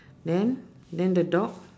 then then the dog